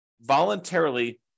voluntarily